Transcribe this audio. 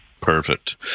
Perfect